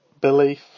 belief